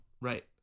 right